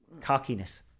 Cockiness